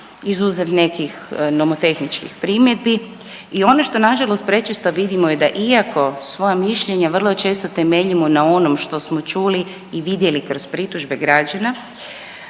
izuzev nekih nomotehničkih primjedbi i ono što na žalost prečesto vidimo da iako svoja mišljenja vrlo često temeljimo na onom što smo čuli i vidjeli kroz pritužbe građana